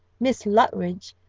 miss luttridge,